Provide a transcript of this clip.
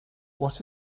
what